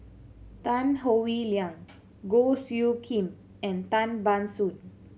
Tan Howe Liang Goh Soo Khim and Tan Ban Soon